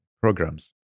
programs